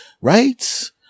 right